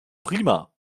prima